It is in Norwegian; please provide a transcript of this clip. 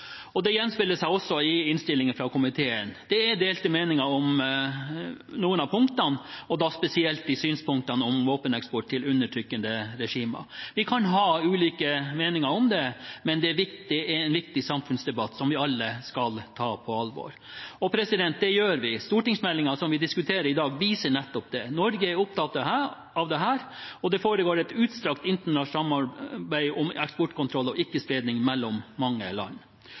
forsvarsmateriell. Det gjenspeiler seg også i innstillingen fra komiteen. Det er delte meninger om noen av punktene – og da spesielt synspunkter om våpeneksport til undertrykkende regimer. Vi kan ha ulike meninger om dette, men det er en viktig samfunnsdebatt, som vi alle skal ta på alvor. Og det gjør vi – stortingsmeldingen som vi diskuterer i dag, viser nettopp det. Norge er opptatt av dette, og det foregår et utstrakt internasjonalt samarbeid om eksportkontroll og ikke-spredning mellom mange land.